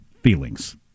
feelings